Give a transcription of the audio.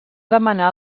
demanar